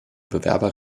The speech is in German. bewerber